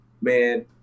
man